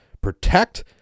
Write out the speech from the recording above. protect